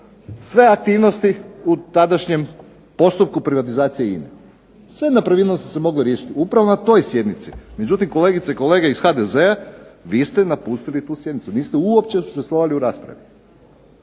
sve aktivnosti u tadašnjem postupku privatizacije INA-e. Sve nepravilnosti su se mogle riješiti upravo na toj sjednici, međutim kolegice i kolege iz HDZ-a, vi ste napustili tu sjednicu. Niste uopće učestvovali u raspravi.